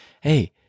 hey